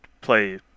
play